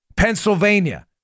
Pennsylvania